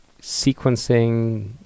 sequencing